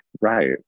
right